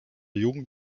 jugend